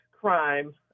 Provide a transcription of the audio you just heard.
crime